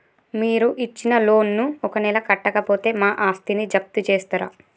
మీరు ఇచ్చిన లోన్ ను ఒక నెల కట్టకపోతే మా ఆస్తిని జప్తు చేస్తరా?